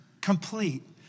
complete